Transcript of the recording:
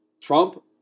Trump